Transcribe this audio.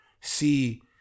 see